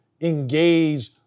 engage